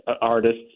artists